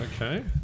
Okay